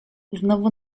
znowu